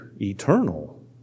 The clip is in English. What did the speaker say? eternal